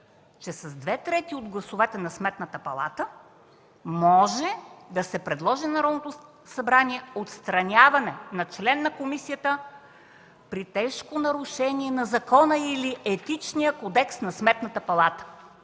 че „с две трети от гласовете на Сметната палата може да се предложи на Народното събрание отстраняване на член на комисията при тежко нарушение на закона или Етичния кодекс на Сметната палата”.